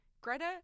greta